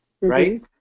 right